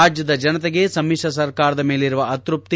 ರಾಜ್ಯದ ಜನತೆಗೆ ಸಮಿಶ್ರ ಸರ್ಕಾರದ ಮೇಲಿರುವ ಅತೃಪ್ತಿ